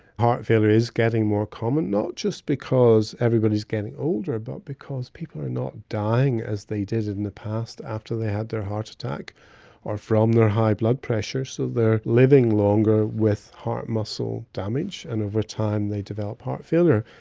heart failure is getting more common, not just because everybody is getting older but because people are not dying as they did in the past after they had their heart attack or from their high blood pressure, so they are living longer with heart muscle damage and over time they develop heart failure.